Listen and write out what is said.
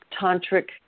tantric